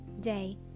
day